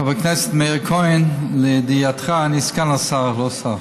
חבר הכנסת מאיר כהן, לידיעתך, אני סגן שר, לא שר.